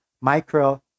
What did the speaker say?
micro